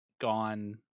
gone